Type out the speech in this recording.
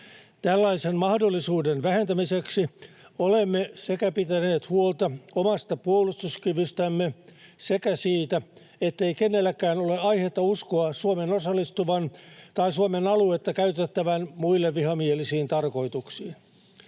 Tällaisen mahdollisuuden vähentämiseksi olemme pitäneet huolta sekä omasta puolustuskyvystämme että siitä, ettei kenelläkään ole aihetta uskoa Suomen osallistuvan tai Suomen aluetta käytettävän muille vihamielisiin tarkoituksiin.